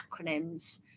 acronyms